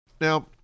Now